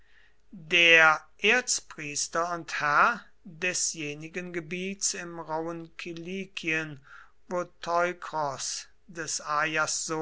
der erzpriester und herr desjenigen gebiets im rauhen kilikien wo teukros des